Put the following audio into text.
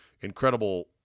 incredible